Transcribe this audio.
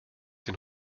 den